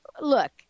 Look